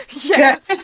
Yes